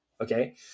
okay